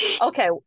okay